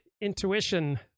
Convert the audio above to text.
intuition